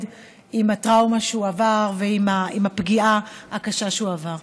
עם הטראומה שהוא עבר ועם הפגיעה הקשה שהוא שעבר: